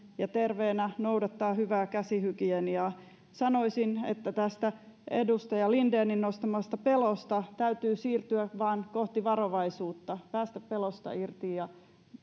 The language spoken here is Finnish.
ja terveenä noudattaa hyvää käsihygieniaa sanoisin että tästä edustaja lindenin nostamasta pelosta täytyy siirtyä vaan kohti varovaisuutta päästä pelosta irti ja